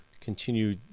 continue